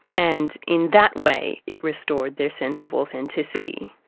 and in that way it restored their sense of authenticity.